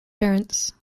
parents